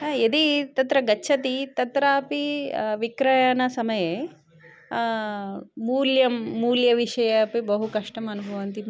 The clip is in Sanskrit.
हा यदि तत्र गच्छति तत्रापि विक्रयणसमये मूल्यं मूल्यविषये अपि बहु कष्टम् अनुभवन्ति